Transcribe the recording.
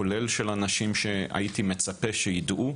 כולל של אנשים שהייתי מצפה שיידעו,